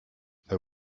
they